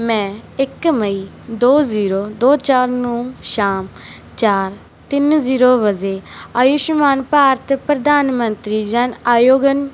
ਮੈਂ ਇੱਕ ਮਈ ਦੋ ਜ਼ੀਰੋ ਦੋ ਚਾਰ ਨੂੰ ਸ਼ਾਮ ਚਾਰ ਤਿੰਨ ਜ਼ੀਰੋ ਵਜੇ ਆਯੂਸ਼ਮਾਨ ਭਾਰਤ ਪ੍ਰਧਾਨ ਮੰਤਰੀ ਜਨ ਅਯੋਗਨ